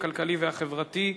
הכלכלי והחברתי,